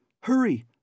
Hurry